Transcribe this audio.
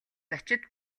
зочид